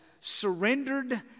surrendered